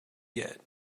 yet